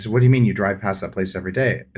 what do you mean? you drive past that place every day?